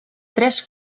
tres